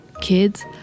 kids